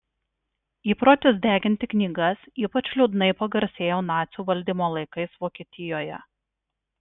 įprotis deginti knygas ypač liūdnai pagarsėjo nacių valdymo laikais vokietijoje